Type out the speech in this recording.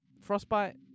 Frostbite